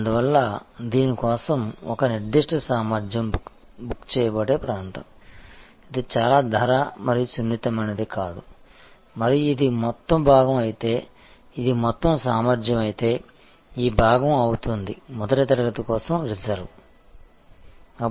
అందువల్ల దీని కోసం ఒక నిర్దిష్ట సామర్థ్యం బుక్ చేయబడే ప్రాంతం ఇది చాలా ధర మరియు సున్నితమైనది కాదు మరియు ఇది మొత్తం భాగం అయితే ఇది మొత్తం సామర్థ్యం అయితే ఈ భాగం అవుతుంది మొదటి తరగతి కోసం రిజర్వ్ చేయబడినది